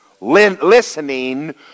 listening